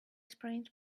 sprained